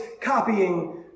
copying